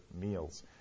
meals